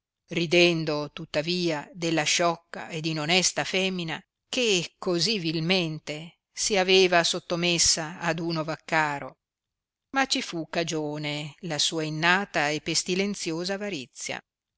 ridendo tuttavia della sciocca ed inonesta femina che così vilmente si aveva sottomessa ad uno vaccaro ma ci fu cagione la sua innata e pestilenziosa avarizia